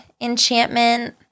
enchantment